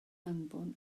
anfon